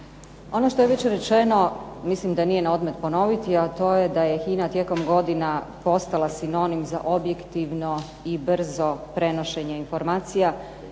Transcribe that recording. Ono što je već rečeno, mislim da nije na odmet ponoviti, a to je da je HINA tijekom godina postala sinonim za objektivno i brzo prenošenje informacija